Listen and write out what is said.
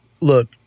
Look